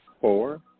four